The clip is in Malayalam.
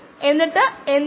07t t 25